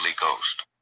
Ghost